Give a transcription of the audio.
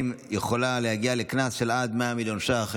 יכולה להגיע לקנס של עד 100 מיליון שקלים.